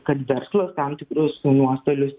kad verslas tam tikrus nuostolius